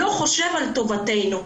לא חושב על טובתנו.